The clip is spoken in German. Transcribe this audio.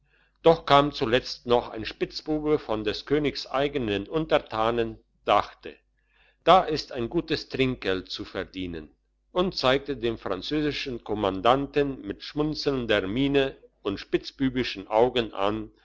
doch kam zuletzt noch ein spitzbube von des königs eigenen untertanen dachte da ist ein gutes trinkgeld zu verdienen und zeigte dem französischen kommandanten mit schmunzelnder miene und spitzbübischen augen an